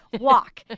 walk